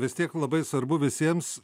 vis tiek labai svarbu visiems